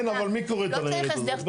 כן, אבל מי קורא את הניירת הזאת?